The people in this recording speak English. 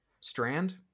Strand